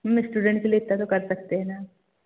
ma'am student के लिए इतना तो कर सकते हैं ना